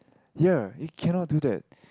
ya you cannot do that